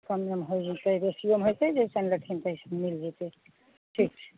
कम सम होइ जेतै बेसियोमे हेतै जैसन लेथिन तैसन मिल जेतै ठीक छै